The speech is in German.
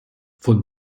von